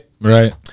Right